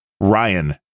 ryan